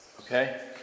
Okay